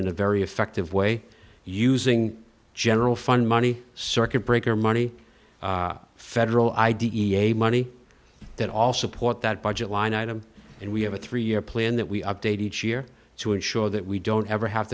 in a very effective way using general fund money circuit breaker money federal i d e a money that all support that budget line item and we have a three year plan that we update each year to ensure that we don't ever have